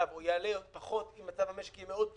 או יעלה פחות אם מצב המשק יהיה מאוד טוב,